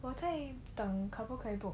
我在等可不可以 book